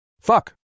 Fuck